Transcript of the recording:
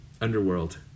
Underworld